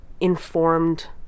informed